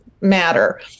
matter